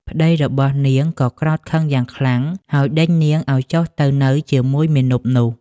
ប្តីរបស់នាងក៏ក្រោធខឹងយ៉ាងខ្លាំង ហើយដេញនាងឱ្យចុះទៅនៅជាមួយមាណពនោះ។